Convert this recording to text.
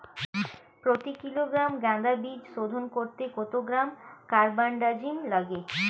প্রতি কিলোগ্রাম গাঁদা বীজ শোধন করতে কত গ্রাম কারবানডাজিম লাগে?